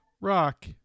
Rock